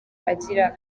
agira